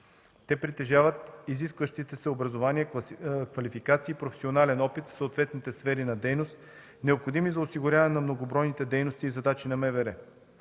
Те притежават изискващите се образование, квалификации и професионален опит в съответните сфери на дейност, необходими за осигуряване на многобройните дейности и задачи на МВР.